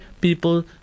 people